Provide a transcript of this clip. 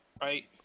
Right